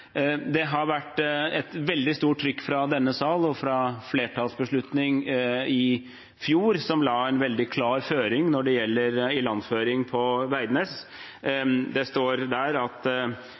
Det har vært et veldig stort trykk fra denne salen og gjennom flertallsbeslutningen i fjor, som la en veldig klar føring når det gjelder ilandføring på Veidnes. Det står i vedtaket at